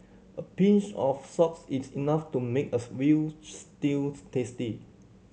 a pinch of salts is enough to make us veal stew tasty